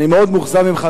אני מאוד מאוכזב ממך,